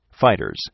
fighters